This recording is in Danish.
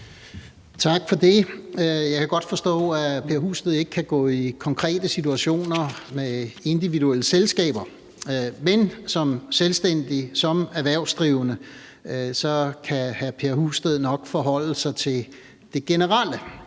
Tak for det. Jeg kan godt forstå, at hr. Per Husted ikke kan komme ind på konkrete situationer med individuelle selskaber, men som selvstændig og som erhvervsdrivende kan hr. Per Husted nok forholde sig til det generelle.